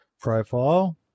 profile